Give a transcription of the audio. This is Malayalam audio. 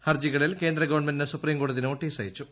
ഹർജികളിൽ കേന്ദ്ര ഗവൺമെന്റിന് സുപ്രീംകോടതി നോട്ടീസ് അയച്ചു